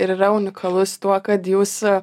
ir yra unikalus tuo kad jūs